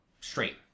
straight